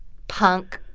punk,